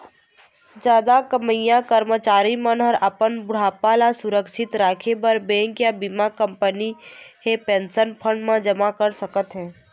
जादा कमईया करमचारी मन ह अपन बुढ़ापा ल सुरक्छित राखे बर बेंक या बीमा कंपनी हे पेंशन फंड म जमा कर सकत हे